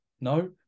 no